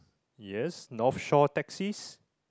yes Northshore taxis